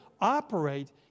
operate